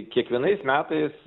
kiekvienais metais